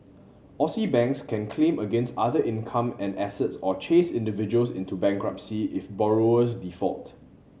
Aussie banks can claim against other income and assets or chase individuals into bankruptcy if borrowers default